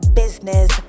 business